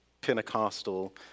Pentecostal